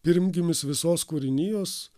pirmgimis visos kūrinijos